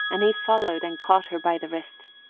and he followed and caught her by the wrist.